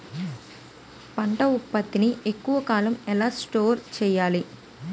పంట ఉత్పత్తి ని ఎక్కువ కాలం ఎలా స్టోర్ చేయాలి?